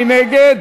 מי נגד?